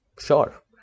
sure